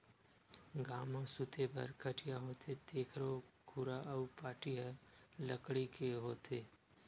गाँव म सूते बर खटिया होथे तेखरो खुरा अउ पाटी ह लकड़ी के होथे